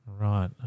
Right